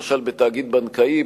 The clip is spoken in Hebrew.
למשל בתאגיד בנקאי.